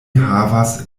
havas